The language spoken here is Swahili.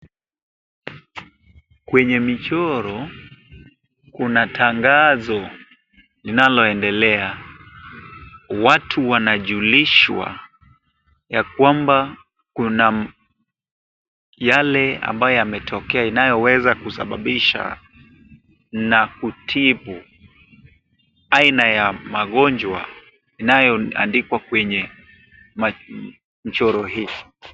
Kwenye michoro kuna tangazo linaloendelea. Watu wanajulishwa ya kwamba kuna yale ambayo yametokea inayoweza kusababisha na kutibu aina ya magonjwa inayoandikwa kwenye michoro hii.